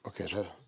Okay